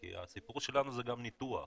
כי הסיפור שלנו הוא גם ניתוח,